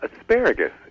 asparagus